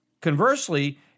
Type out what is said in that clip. Conversely